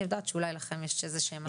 אני יודעת שאולי לכם יש איזשהן השגות.